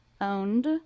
owned